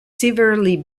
severely